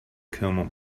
command